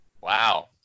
Wow